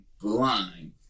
blind